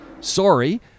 Sorry